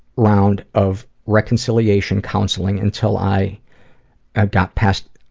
round of reconciliation counseling until i i got past